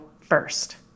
first